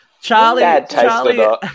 Charlie